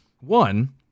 one